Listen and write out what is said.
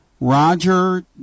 Roger